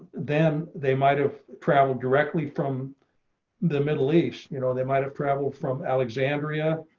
then they might have traveled directly from the middle east, you know, they might have traveled from alexandria,